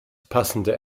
passende